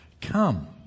Come